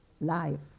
Life